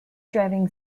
driving